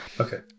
Okay